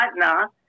partner